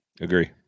Agree